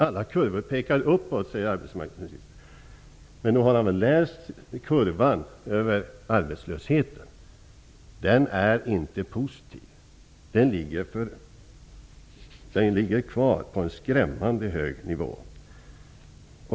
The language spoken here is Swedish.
Alla kurvor pekar uppåt, säger arbetsmarknadsministern. Men nog har väl arbetsmarknadsministern sett kurvan över arbetslösheten. Den kurvan är inte positiv. Arbetslösheten ligger ju kvar på en skrämmande hög nivå.